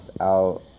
out